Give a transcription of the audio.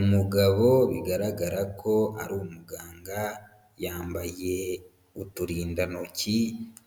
Umugabo bigaragara ko ari umuganga, yambaye uturindantoki